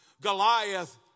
Goliath